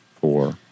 four